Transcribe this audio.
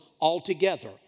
altogether